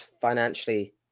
financially